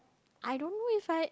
I don't know if I